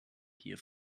gier